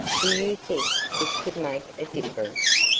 do you think this could make a difference?